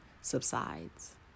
subsides